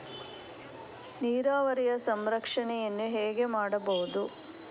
ನೀರಾವರಿಯ ಸಂರಕ್ಷಣೆಯನ್ನು ಹೇಗೆ ಮಾಡಬಹುದು?